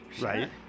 Right